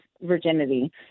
virginity